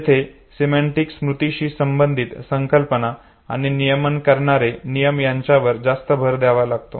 जेथे सिमेंटीक स्मृतीशी संबंधित संकल्पना आणि नियमन करणारे नियम यांच्यावर जास्त भर द्यावा लागतो